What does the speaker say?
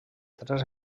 tres